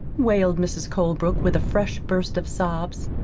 wailed mrs. colebrook, with a fresh burst of sobs.